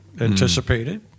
anticipated